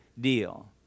deal